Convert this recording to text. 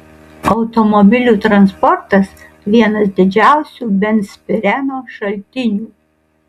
automobilių transportas vienas didžiausių benzpireno šaltinių